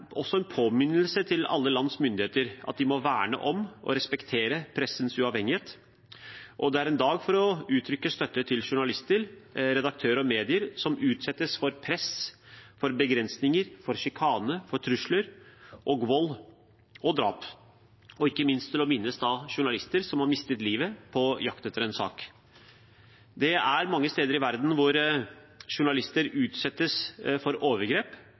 påminnelse til alle lands myndigheter om at de må verne om og respektere pressens uavhengighet. Det er en dag for å uttrykke støtte til journalister, redaktører og medier som utsettes for press, begrensninger, sjikane, trusler, vold og drap, og ikke minst for å minnes journalister som har mistet livet på jakt etter en sak. Mange steder i verden utsettes journalister for overgrep